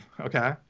okay